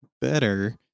better